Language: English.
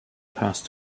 path